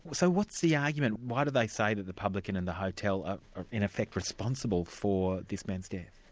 so what's the argument? why do they say to the publican and the hotel ah are in effect responsible for this man's death?